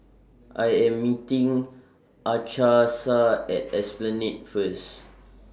I Am meeting Achsah At Esplanade First